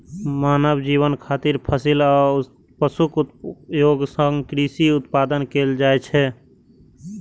मानव जीवन खातिर फसिल आ पशुक उपयोग सं कृषि उत्पादन कैल जाइ छै